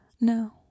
No